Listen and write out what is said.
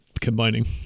combining